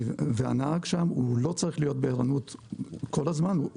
הנהג שם לא צריך להיות בערנות כל הזמן.